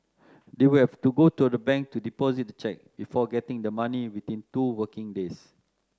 they would have to go to a bank to deposit the cheque before getting the money within two working days